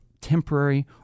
temporary